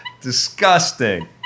Disgusting